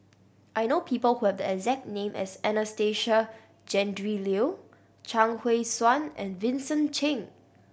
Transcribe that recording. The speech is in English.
I know people who have the exact name as Anastasia Tjendri Liew Chuang Hui Tsuan and Vincent Cheng